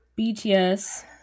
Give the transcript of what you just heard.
bts